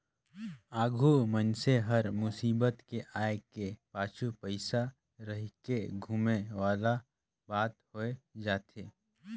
आघु मइनसे हर मुसीबत के आय के पाछू पइसा रहिके धुमे वाला बात होए जाथे